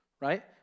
Right